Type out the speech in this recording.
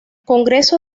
congreso